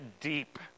deep